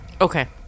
Okay